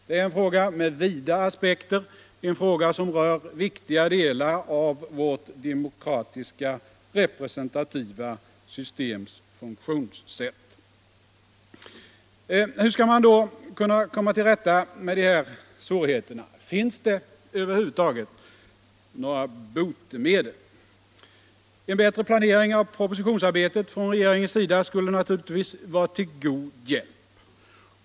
Det är en fråga med vida aspekter, en fråga som rör viktiga delar av vårt demokratiska representativa systems funk tionssätt. Hur skall man då kunna komma till rätta med de här svårigheterna? Finns det över huvud taget några botemedel? En bättre planering av propositionsarbetet från regeringens sida skulle naturligtvis vara till stor hjälp.